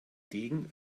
degen